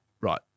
Right